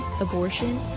abortion